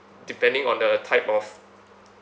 depending on the type of